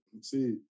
see